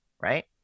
Right